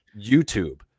YouTube